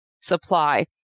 supply